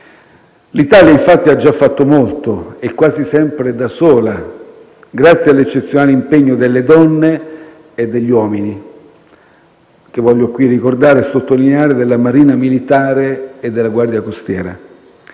L'Italia, infatti, ha già fatto molto e quasi sempre da sola grazie all'eccezionale impegno delle donne e degli uomini - voglio qui ricordarlo e sottolinearlo - della Marina militare e della Guardia costiera.